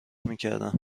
میکردم